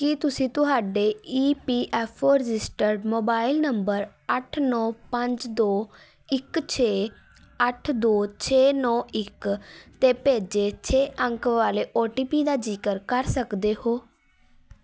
ਕੀ ਤੁਸੀਂ ਤੁਹਾਡੇ E P F O registered mobile number ਅੱਠ ਨੌ ਪੰਜ ਦੋ ਇੱਕ ਛੇ ਅੱਠ ਦੋ ਛੇ ਨੌ ਇੱਕ 'ਤੇ ਭੇਜੇ ਛੇ ਅੰਕ ਵਾਲੇ ਓ ਟੀ ਪੀ ਦਾ ਜ਼ਿਕਰ ਕਰ ਸਕਦੇ ਹੋ